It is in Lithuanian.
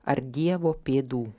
ar dievo pėdų